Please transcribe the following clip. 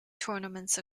tournaments